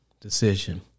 decision